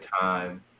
time